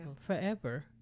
Forever